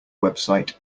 website